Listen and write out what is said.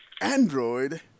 android